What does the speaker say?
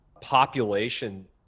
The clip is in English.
population